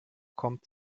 kommt